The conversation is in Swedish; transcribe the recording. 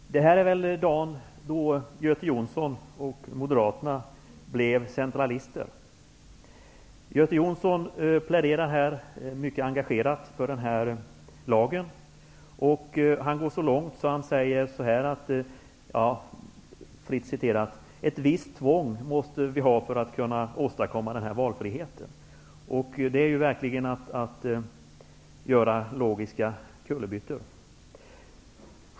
Herr talman! Det här är väl dagen då Göte Jonsson och Moderaterna blev centralister. Göte Jonsson pläderar här mycket engagerat för denna lag, och han går så långt att han säger att vi måste ha ett visst tvång för att åtstadkomma denna valfrihet. Det är verkligen att göra logiska kullerbyttor.